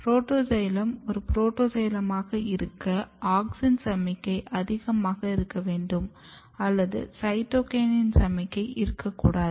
protoxylem ஒரு புரோட்டோசைலமாக இருக்க ஆக்ஸின் சமிக்ஞை அதிகமாக இருக்கவேண்டும் அல்லது சைட்டோகினின் சமிக்ஞை இருக்கக்கூடாது